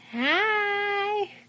Hi